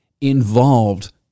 involved